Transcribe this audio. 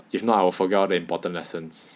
if not I will forget all the important lessons